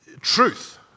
Truth